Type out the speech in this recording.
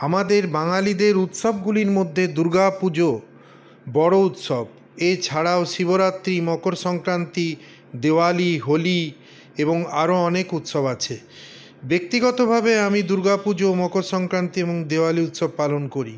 আমাদের বাঙালিদের উৎসবগুলির মধ্যে দুর্গাপুজো বড়ো উৎসব এছাড়াও শিবরাত্রি মকর সংক্রান্তি দেওয়ালি হোলি এবং আরও অনেক উৎসব আছে ব্যাক্তিগতভাবে আমি দুর্গাপুজো মকর সংক্রান্তি এবং দেওয়ালি উৎসব পালন করি